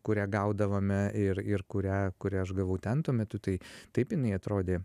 kurią gaudavome ir ir kurią kurią aš gavau ten tuo metu tai taip jinai atrodė